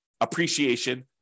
appreciation